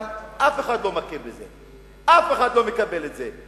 אבל אף אחד לא מכיר בזה, אף אחד לא מקבל את זה.